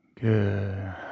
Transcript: Good